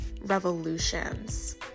revolutions